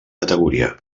categoria